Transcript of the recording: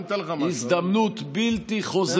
אני אתן לך משהו, אין צורך להפריע.